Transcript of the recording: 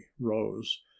Rose